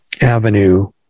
avenue